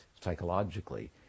psychologically